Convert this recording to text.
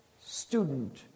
student